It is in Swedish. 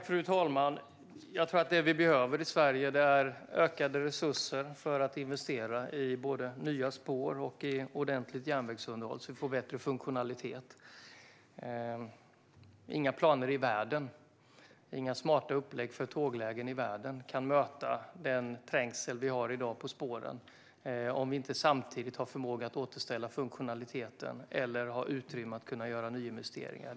Fru talman! Jag tror att det som vi behöver i Sverige är ökade resurser för att investera i både nya spår och ett ordentligt järnvägsunderhåll så att det blir bättre funktionalitet. Inga planer i världen och inga smarta upplägg för tåglägen i världen kan möta den trängsel på spåren som vi har i dag, om vi inte samtidigt har förmågan att återställa funktionaliteten eller har utrymme för att kunna göra nyinvesteringar.